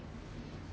sia